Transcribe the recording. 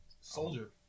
Soldier